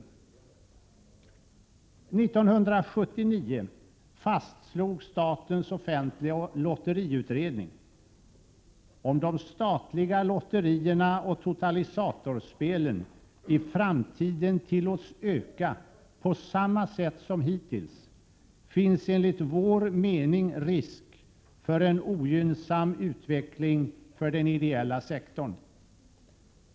År 1979 fastslog statens offentliga lotteriutredning: ”Om de statliga lotterierna och totalisatorspelen i framtiden tillåts öka på samma sätt som hittills finns enligt vår mening risk för en ogynnsam utveckling för den ideella sektorn.